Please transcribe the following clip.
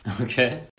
Okay